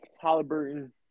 Halliburton